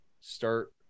start